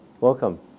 Welcome